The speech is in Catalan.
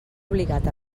obligat